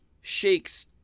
shakes –